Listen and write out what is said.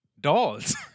dolls